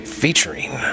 featuring